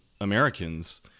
Americans